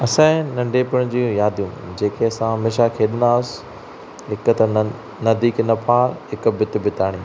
असांजे नंढिपण जी यादियूं जेके असां हमेशह खेॾंदासि हिकु त नंदी की न पार हिकु बित बिताणी